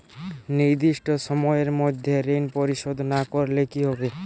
নির্দিষ্ট সময়ে মধ্যে ঋণ পরিশোধ না করলে কি হবে?